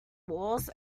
walls